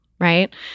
right